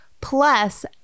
plus